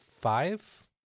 five